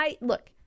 look